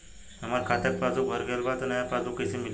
हमार खाता के पासबूक भर गएल बा त नया पासबूक कइसे मिली?